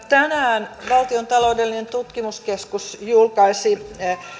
tänään valtion taloudellinen tutkimuskeskus julkaisi